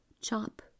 chop